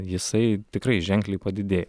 jisai tikrai ženkliai padidėjo